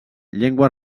llengües